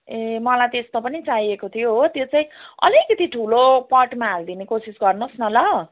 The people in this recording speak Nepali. ए मलाई त्यस्तो पनि चाहिएको थियो हो त्यो चाहिँ अलिकति ठुलो पटमा हालिदिने कोसिस गर्नु होस् न ल